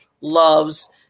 loves